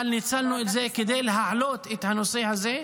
אבל ניצלנו את זה כדי להעלות את הנושא הזה,